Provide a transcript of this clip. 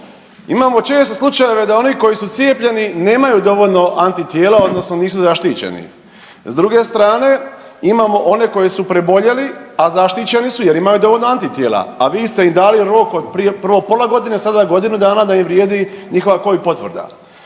imamo često slučajeve da oni koji su cijepljeni nemaju dovoljno antitijela odnosno nisu zaštićeni. S druge strane imamo one koji su preboljeli, a zaštićeni su jer imaju dovoljno antitijela, a vi ste im dali rok od prije prvo pola godine, sada godinu dana da im vrijedi njihova covid potvrda.